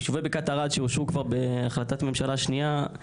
יישובי בקעת ארד שאושרו כבר בהחלטת ממשלה שניה,